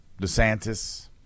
DeSantis